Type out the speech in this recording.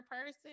person